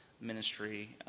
ministry